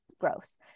gross